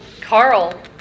Carl